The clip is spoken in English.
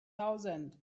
thousand